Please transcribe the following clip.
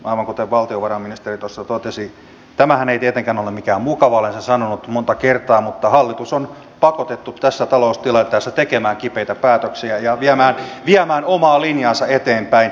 aivan kuten valtiovarainministeri tuossa totesi tämähän ei tietenkään ole mikään mukava asia olen sen sanonut monta kertaa mutta hallitus on pakotettu tässä taloustilanteessa tekemään kipeitä päätöksiä ja viemään omaa linjaansa eteenpäin